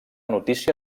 notícia